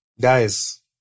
Guys